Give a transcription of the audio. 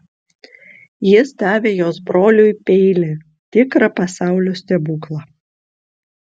jis davė jos broliui peilį tikrą pasaulio stebuklą